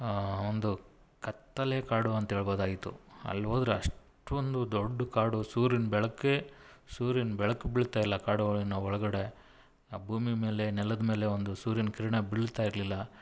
ಒಂದು ಕತ್ತಲೆ ಕಾಡು ಅಂತ ಹೇಳ್ಬೋದಾಗಿತ್ತು ಅಲ್ಲಿ ಹೋದರೆ ಅಷ್ಟೊಂದು ದೊಡ್ಡ ಕಾಡು ಸೂರ್ಯನ ಬೆಳಕೇ ಸೂರ್ಯನ ಬೆಳಕು ಬೀಳ್ತಾಯಿಲ್ಲ ಕಾಡುಗಳ ಒಳಗಡೆ ಭೂಮಿ ಮೇಲೆ ನೆಲದ ಮೇಲೆ ಒಂದು ಸೂರ್ಯನ ಕಿರಣ ಬೀಳ್ತಾಯಿರ್ಲಿಲ್ಲ